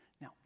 Now